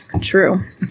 true